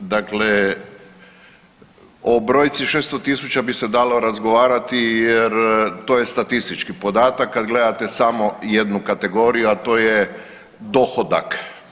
Dakle, o brojci 600 tisuća bi se dalo razgovarati jer to je statistički podatak, kad gledate samo jednu kategoriju, a to je dohodak.